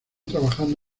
trabajando